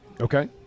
Okay